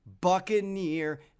Buccaneer